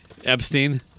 Epstein